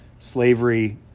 slavery